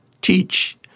teach